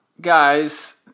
guys